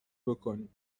بکنیم